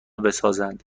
بسازند